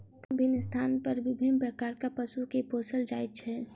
भिन्न भिन्न स्थान पर विभिन्न प्रकारक पशु के पोसल जाइत छै